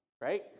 right